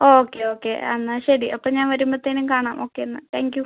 okay okay എന്നാൽ ശരി അപ്പം ഞാൻ വരുമ്പോഴത്തേനും കാണാം ഓക്കെ എന്നാൽ താങ്ക് യു